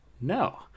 No